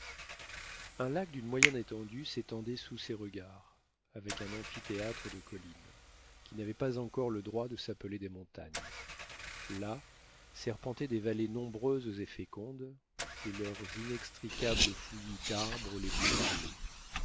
un lac d'une moyenne étendue s'étendait sous ses regards avec un amphithéâtre de collines qui n'avaient pas encore le droit de s'appeler des montagnes là serpentaient des vallées nombreuses et fécondes et leurs inextricables fouillis d'arbres les plus variés